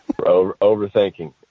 Overthinking